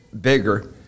bigger